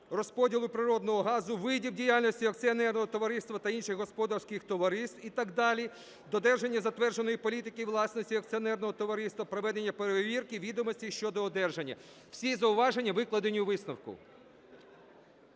розподілу природного газу, видів діяльності акціонерного товариства та інших господарських товариств і так далі, додержання затвердженої політики і власності акціонерного товариства, проведення перевірки відомостей щодо одержання." Всі зауваження викладені у висновку.